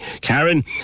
Karen